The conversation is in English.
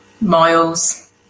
Miles